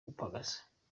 gupagasa